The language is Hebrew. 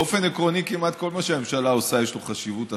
באופן עקרוני כמעט כל מה שהממשלה עושה יש לו חשיבות אסטרטגית.